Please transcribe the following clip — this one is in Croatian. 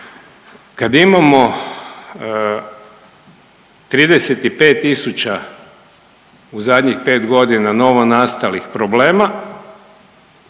kad imamo 35 tisuća u zadnjih 5.g. novonastalih problema,